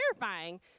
terrifying